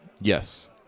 Yes